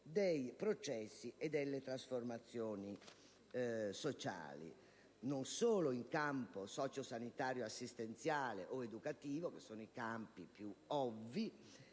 dei processi di trasformazione sociale, non solo in campo socio-sanitario-assistenziale o educativo, che sono i campi più ovvi